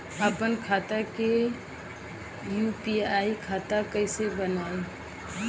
आपन खाता के यू.पी.आई खाता कईसे बनाएम?